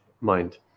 mind